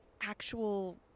actual